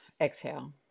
exhale